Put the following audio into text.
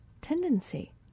tendency